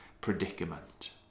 predicament